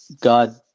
God